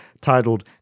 titled